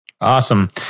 Awesome